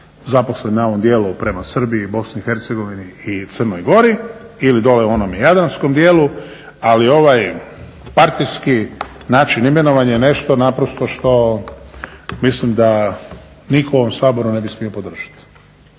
zaposleni na ovom dijelu prema Srbiji, BiH i Crnoj Gori ili dole u onom jadranskom dijelu, ali ovaj partijski način imenovanja je nešto naprosto što mislim da nitko u ovom Saboru ne bi smio podržati.